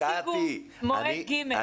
הציגו מועד ג'.